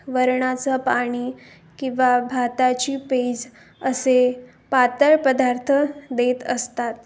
वरणाचं पाणी किंवा भाताची पेज असे पातळ पदार्थ देत असतात